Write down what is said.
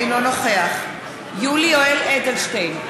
אינו נוכח יולי יואל אדלשטיין,